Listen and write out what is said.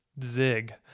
zig